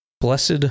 Blessed